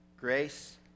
Grace